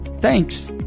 Thanks